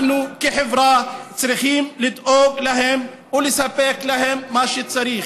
אנחנו כחברה צריכים לדאוג להם ולספק להם מה שצריך.